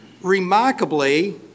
remarkably